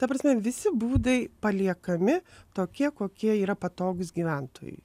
ta prasme visi būdai paliekami tokie kokie yra patogūs gyventojui